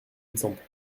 exemple